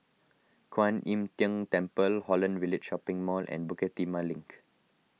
Kwan Im Tng Temple Holland Village Shopping Mall and Bukit Timah Link